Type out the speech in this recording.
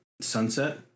Sunset